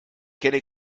kenne